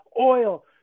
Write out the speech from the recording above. Oil